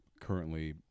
currently